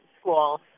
school